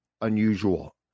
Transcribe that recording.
unusual